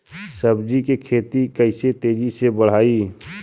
सब्जी के खेती के कइसे तेजी से बढ़ाई?